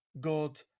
god